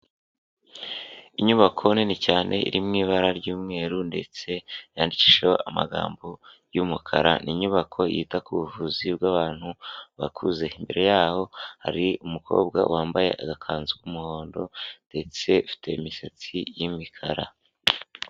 Inyubako nini cyane iri mu ibara ry'umweru ndetse yandikishijeho amagambo y'umukara, ninyubako yita ku buvuzi bw'abantu bakuze, imbere yaho hari umukobwa wambaye agakanzu k'umuhondo ndetse ufite imisatsi y'imikara.